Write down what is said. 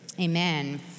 Amen